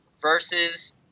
versus